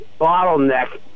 bottleneck